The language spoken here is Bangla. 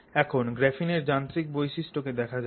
এখন গ্রাফিনের যান্ত্রিক বৈশিষ্ট কে দেখা যাক